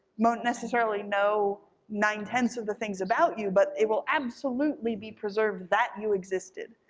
won't necessarily know nine-tenths of the things about you, but it will absolutely be preserved that you existed.